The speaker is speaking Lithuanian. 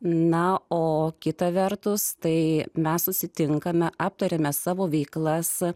na o kita vertus tai mes susitinkame aptariame savo veiklas